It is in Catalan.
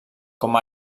com